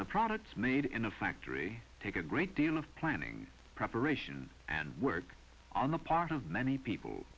the products made in a factory take a great deal of planning preparation and work on the part of many people